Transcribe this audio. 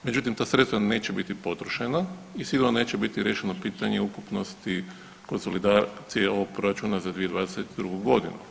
Međutim, ta sredstva neće biti potrošena i sigurno neće biti riješeno u pitanju ukupnosti konsolidacije ovog proračuna za 2022. godinu.